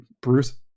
Bruce